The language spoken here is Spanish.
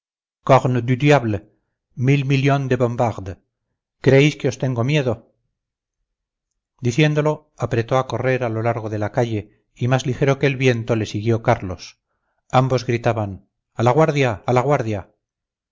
du diable mille millions de bombardes creéis que os tengo miedo diciéndolo apretó a correr a lo largo de la calle y más ligero que el viento le siguió carlos ambos gritaban a la guardia a la guardia